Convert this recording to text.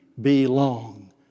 belong